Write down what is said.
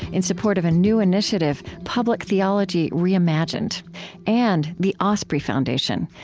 in support of a new initiative public theology reimagined and the osprey foundation,